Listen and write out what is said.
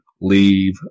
leave